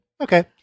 Okay